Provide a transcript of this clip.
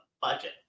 budget